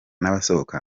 n’abasohoka